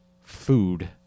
food